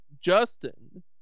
Justin